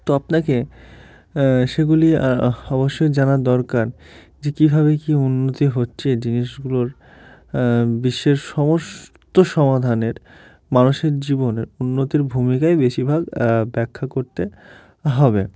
তো আপনাকে সেগুলি অবশ্যই জানার দরকার যে কীভাবে কী উন্নতি হচ্ছে জিনিসগুলোর বিশ্বের সমস্ত সমাধানের মানুষের জীবনের উন্নতির ভূমিকাই বেশিরভাগ ব্যাখ্যা করতে হবে